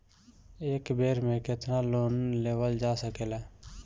एक बेर में केतना लोन लेवल जा सकेला?